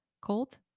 cold